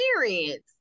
experience